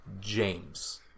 James